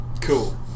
Cool